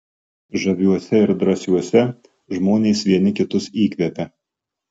žaviuose ir drąsiuose žmonės vieni kitus įkvepia